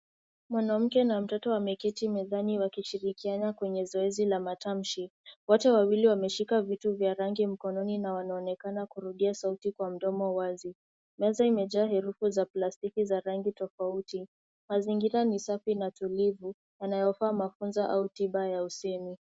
Mwanamke na mtoto wameketi mezani wakishirikiana kwenye zoezi la matamshi, wote wawili wameshika vitu vya rangi mkononi na wanaonekana kurudia sauti kwa mdomo wazi. Meza imejaa herufi za plastiki za rangi tofauti ,mazingira ni safi na tulivu yanayofaa mafunzo au tiba ya usemi.